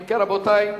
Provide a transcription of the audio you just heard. אם כן, רבותי,